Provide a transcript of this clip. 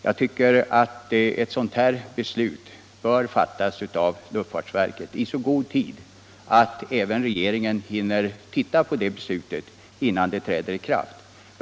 Jag tycker att ett sådant här beslut bör fattas av luftfartsverket i så god tid att regeringen hinner titta på det innan det träder i kraft.